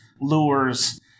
lures